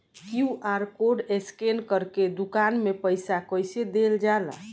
QR code scan करके दुकान में पईसा कइसे देल जाला?